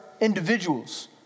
individuals